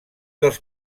dels